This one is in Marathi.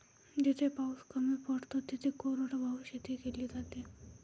जिथे पाऊस कमी पडतो तिथे कोरडवाहू शेती केली जाते